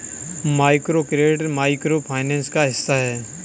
microcredit micro finance का हिस्सा है